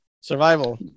Survival